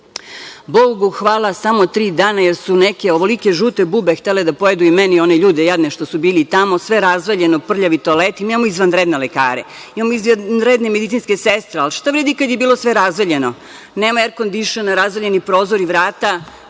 Bogu hvala samo tri dana, jer su neke ovolike žute bube htele da pojedu i mene i one ljude jadne što su bili tamo. Sve je razvaljeno, prljavi toaleti. Mi imamo izvanredne lekare, imamo izvanredne medicinske sestre, ali šta vredi kad je bilo sve razvaljeno. Nema er-kondišna, razvaljeni prozori, vrata.